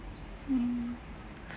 mm